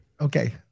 Okay